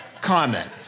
comment